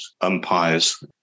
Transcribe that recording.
umpires